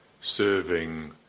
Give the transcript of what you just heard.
serving